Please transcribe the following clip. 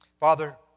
Father